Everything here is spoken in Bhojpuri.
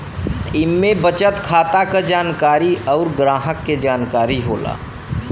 इम्मे बचत खाता क जानकारी अउर ग्राहक के जानकारी होला